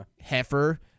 Heifer